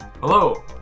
Hello